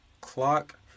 clock